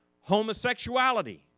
homosexuality